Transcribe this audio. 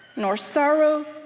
nor sorrow,